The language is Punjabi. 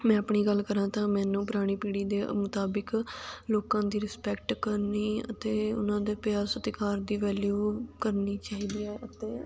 ਮੈਂ ਆਪਣੀ ਗੱਲ ਕਰਾਂ ਤਾਂ ਮੈਨੂੰ ਪੁਰਾਣੀ ਪੀੜ੍ਹੀ ਦੇ ਮੁਤਾਬਿਕ ਲੋਕਾਂ ਦੀ ਰਿਸਪੈਕਟ ਕਰਨੀ ਅਤੇ ਉਹਨਾਂ ਦੇ ਪਿਆਰ ਸਤਿਕਾਰ ਦੀ ਵੈਲਿਊ ਕਰਨੀ ਚਾਹੀਦੀ ਆ ਅਤੇ